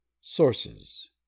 Sources